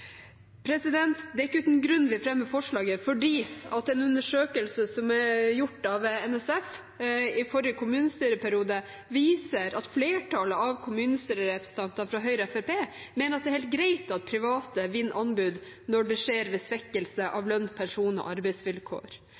Det er ikke uten grunn vi fremmer forslaget, fordi en undersøkelse som er gjort av Norsk Sykepleierforbund i forrige kommunestyreperiode, viser at flertallet av kommunestyrerepresentantene fra Høyre og Fremskrittspartiet mener at det er helt greit at private vinner anbud når det skjer ved svekkelse av lønns-, pensjons- og arbeidsvilkår.